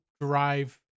drive